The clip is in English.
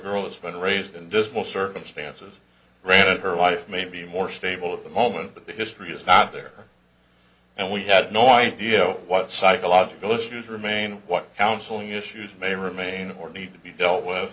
girl that's been raised in this will circumstances read her life may be more stable at the moment but the history is not there and we had no idea what psychological issues remain what counseling issues may remain or need to be dealt with